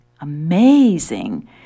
amazing